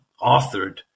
authored